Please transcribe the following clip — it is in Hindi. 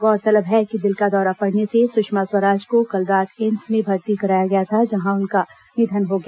गौरतलब है कि दिल का दौरा पड़ने से संषमा स्वराज को कल रात एम्स में भर्ती कराया गया था जहां उनका निधन हो गया